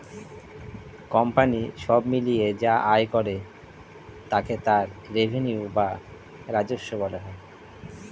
company সব মিলিয়ে যা আয় করে তাকে তার রেভিনিউ বা রাজস্ব বলা হয়